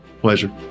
Pleasure